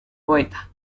poeta